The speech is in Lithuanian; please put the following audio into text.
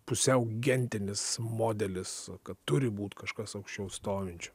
pusiau gentinis modelis kad turi būt kažkas aukščiau stovinčių